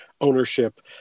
ownership